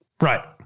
Right